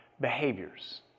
behaviors